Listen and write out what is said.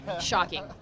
Shocking